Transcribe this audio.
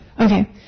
Okay